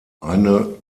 eine